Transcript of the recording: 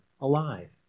alive